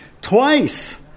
Twice